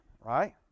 Right